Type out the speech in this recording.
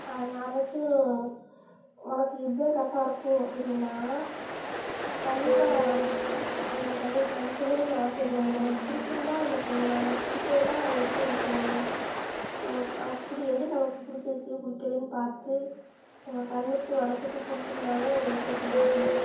அது யாராச்சும் உனக்கு இதான் கரெட்டாக இருக்கும் அப்படினு சொன்னாங்கன்னால் கண்டிப்பாக அதை நம்ம நம்ம செய்யணும்னு அவசியம் இல்லை நமக்கு பிடிச்சிருந்தா நம்ம செய்யலாம் நமக்கு பிடிக்கலைன்னா அதை எப்படி நம்ம செய்ய முடியும் நம்ம நமக்கு பிடி எது நமக்கு பிடுச்சிருக்கு பிடிக்கலைன்னு பார்த்து நம்ம கண்ணுக்கு மனதுக்கு பிடுச்சிருந்தாதே ஒரு விஷயத்தை நம்ம செய்யலாம்